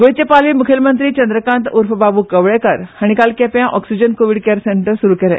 गोंयचे पालवी मुखेलमंत्री चंद्रकांत उर्फ बाबू कवळेकार हाणी आयज केप्या ऑक्सीजन कोविड केयर केंद्र सुरू केले